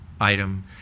item